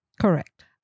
Correct